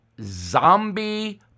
zombie